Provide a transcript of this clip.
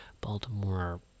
baltimore